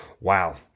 wow